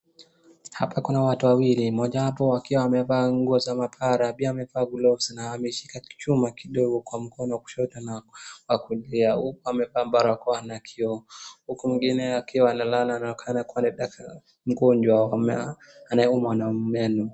Hapa kuna watu wawili mmoja wao akiwa amevaa nguo za maabara na pia amevaa gloves na ameshika kichuma kiogo kwa mkono wa kushto na kulia na kioo ,huku mwingine amelala ni mgonjwa anayeumwa na meno.